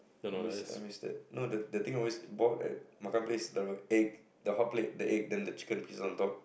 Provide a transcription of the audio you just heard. I miss I missed it no the the thing I always bought at Makan Place the egg the hotplate the egg then the chicken pieces on top